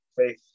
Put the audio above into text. faith